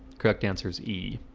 correct. answer is e